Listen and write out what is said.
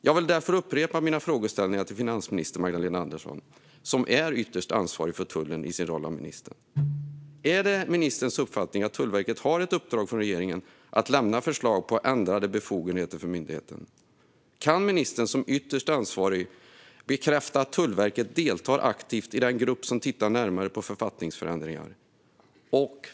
Jag vill därför upprepa mina frågeställningar till finansminister Magdalena Andersson, som ytterst ansvarig för tullen i sin roll som minister: Är det ministerns uppfattning att Tullverket har ett uppdrag från regeringen att lämna förslag på ändrade befogenheter för myndigheten? Kan ministern, som ytterst ansvarig, bekräfta att Tullverket deltar aktivt i den grupp som tittar närmare på författningsförändringar?